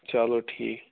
چلو ٹھیٖک